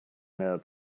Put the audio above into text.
mehr